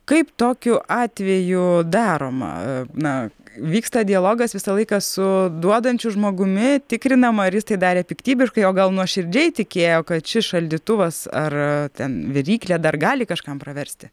kaip tokiu atveju daroma na vyksta dialogas visą laiką su duodančiu žmogumi tikrinama ar jis tai darė piktybiškai o gal nuoširdžiai tikėjo kad šis šaldytuvas ar ten viryklė dar gali kažkam praversti